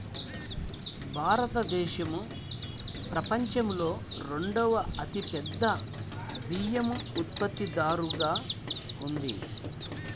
భారతదేశం ప్రపంచంలో రెండవ అతిపెద్ద బియ్యం ఉత్పత్తిదారుగా ఉంది